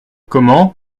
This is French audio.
comment